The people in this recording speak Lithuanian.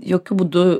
jokiu būdu